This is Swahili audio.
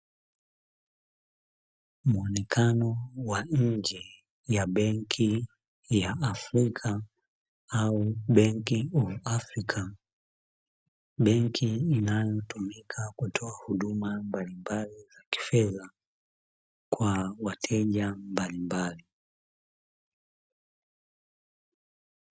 Muonekano wa nje ya benki ya Afrika au "Bank of Africa". Benki inayotumika kutoa huduma mbalmbali za kifedha kwa wateja mbalimbali.